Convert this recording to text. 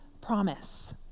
promise